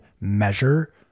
measure